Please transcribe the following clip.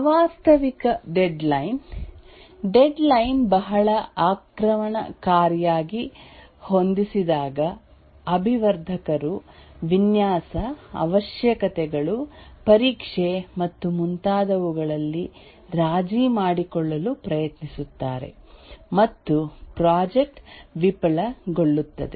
ಅವಾಸ್ತವಿಕ deadline deadline ಬಹಳ ಆಕ್ರಮಣಕಾರಿಯಾಗಿ ಹೊಂದಿಸಿದಾಗ ಅಭಿವರ್ಧಕರು ವಿನ್ಯಾಸ ಅವಶ್ಯಕತೆಗಳು ಪರೀಕ್ಷೆ ಮತ್ತು ಮುಂತಾದವುಗಳಲ್ಲಿ ರಾಜಿ ಮಾಡಿಕೊಳ್ಳಲು ಪ್ರಯತ್ನಿಸುತ್ತಾರೆ ಮತ್ತು ಪ್ರಾಜೆಕ್ಟ್ ವಿಫಲಗೊಳ್ಳುತ್ತದೆ